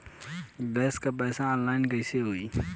Gas क पैसा online कइसे होई?